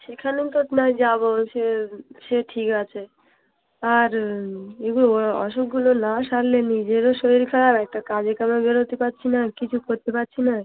সেখানেও তো নয় যাব সে সে ঠিক আছে আর ওর অসুখগুলো না সারলে নিজেরও শরীর খারাপ একটা কাজে কামে বেরোতে পারছি না কিছু করতে পারছি না